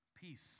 peace